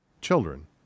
children